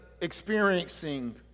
experiencing